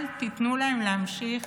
אל תיתנו להם להמשיך